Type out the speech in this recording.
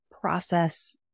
process